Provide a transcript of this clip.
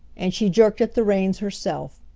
and she jerked at the reins herself.